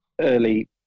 early